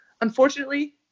Unfortunately